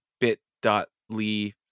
bit.ly